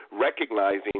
recognizing